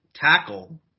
Tackle